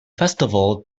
festival